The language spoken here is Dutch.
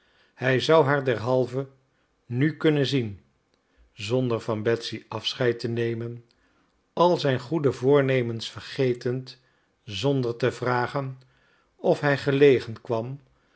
hij zou haar derhalve nu kunnen zien zonder van betsy afscheid te nemen al zijn goede voornemens vergetend zonder te vragen of hij gelegen kwam